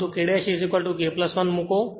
પરંતુ K K 1 મૂકો